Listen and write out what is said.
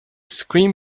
screen